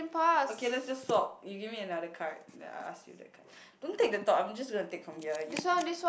okay let's just swop you give me another card then I ask you that card don't take the top I'm just gonna take from here you